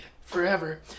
forever